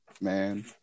man